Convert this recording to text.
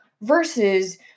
versus